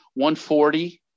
140